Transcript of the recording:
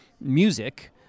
music